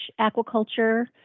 aquaculture